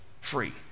Free